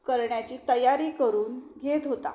करण्याची तयारी करून घेत होता